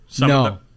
No